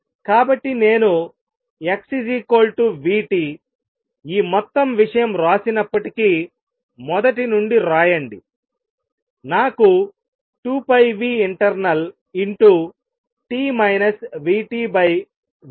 కాబట్టి నేను x v t ఈ మొత్తం విషయం వ్రాసినప్పటికీ మొదటి నుండి వ్రాయండినాకు 2πinternalt vtvwave2πclockt